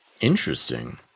Interesting